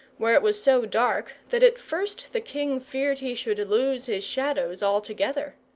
where it was so dark that at first the king feared he should lose his shadows altogether.